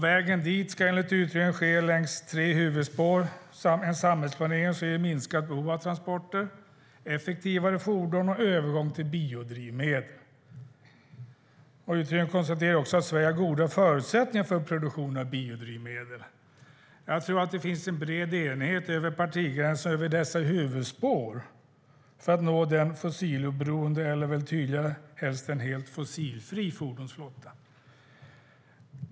Vägen dit ska enligt utredningen följa tre huvudspår: en samhällsplanering som ger minskat behov av transporter, effektivare fordon och övergång till biodrivmedel. Utredningen konstaterar också att Sverige har goda förutsättningar för produktion av biodrivmedel. Jag tror att det finns en bred enighet över partigränserna om dessa huvudspår för att nå en fossiloberoende, eller helst helt fossilfri, fordonsflotta.